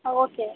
okay